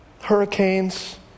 Hurricanes